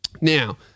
Now